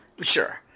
Sure